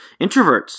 introverts